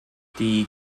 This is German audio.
die